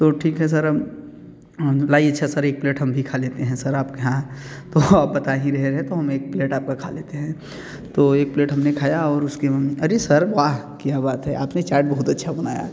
तो ठीक है सर लाइए अच्छे सर एक प्लेट हम भी खा लेते हैं सर आप के यहाँ तो आप बता ही रहे हैं तो एक आपका प्लेट खा लेते हैं तो एक प्लेट हम ने खाया और उसके अरे सर वाह क्या बात है आप ने चाट बहुत अच्छा बनाई है